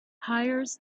hires